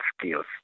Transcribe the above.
skills